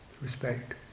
Respect